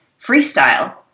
freestyle